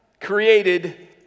created